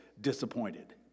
disappointed